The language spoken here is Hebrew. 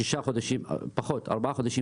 והם מסיימים בעוד ארבעה חודשים,